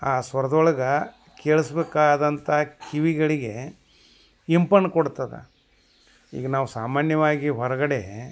ಆ ಸ್ವರ್ದೊಳ್ಗೆ ಕೇಳ್ಸ್ಬೇಕಾದಂಥ ಕಿವಿಗಳಿಗೆ ಇಂಪನ್ನ ಕೊಡ್ತದೆ ಈಗ ನಾವು ಸಾಮಾನ್ಯವಾಗಿ ಹೊರ್ಗಡೆ